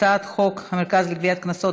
הצעת חוק המרכז לגביית קנסות,